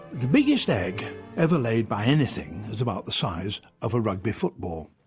the biggest egg ever laid by anything is about the size of a rugby football.